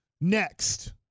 Next